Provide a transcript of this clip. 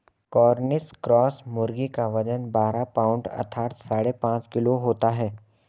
Cornish cross मुर्गी का वजन बारह पाउण्ड अर्थात साढ़े पाँच किलो होता है